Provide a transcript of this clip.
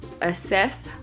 assess